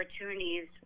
opportunities